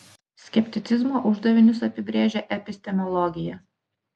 skepticizmo uždavinius apibrėžia epistemologija